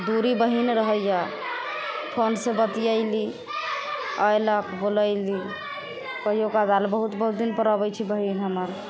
दूरी बहिन रहै अइ फोनसँ बतिएली अएलक बोलैली कहिओ कदाल बहुत बहुत दिनपर अबै छै बहिन हमर